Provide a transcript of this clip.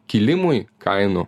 kilimui kainų